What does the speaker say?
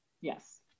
Yes